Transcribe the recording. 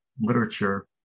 literature